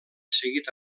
seguit